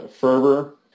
fervor